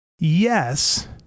Yes